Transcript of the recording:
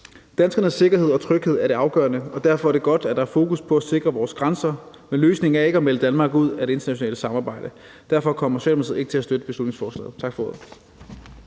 Danskernes sikkerhed og tryghed er det afgørende, og derfor er det godt, at der er fokus på at sikre vores grænser, men løsningen er ikke at melde Danmark ud af det internationale samarbejde. Derfor kommer Socialdemokratiet ikke til at støtte beslutningsforslaget. Tak for ordet.